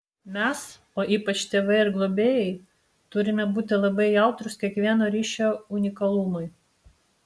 mes o ypač tėvai ir globėjai turime būti labai jautrūs kiekvieno ryšio unikalumui